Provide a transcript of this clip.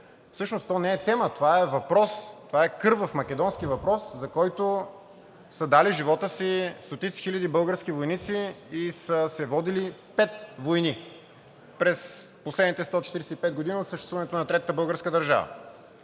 всъщност то не е тема, това е въпрос, това е кървав македонски въпрос, за който са дали живота си стотици хиляди български войници и са се водили пет войни през последните 145 години от съществуването на Третата българска държава.